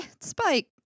Spike